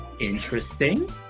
Interesting